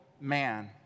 man